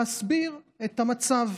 להסביר את המצב.